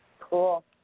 Cool